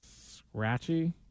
Scratchy